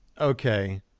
okay